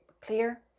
clear